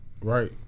right